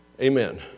Amen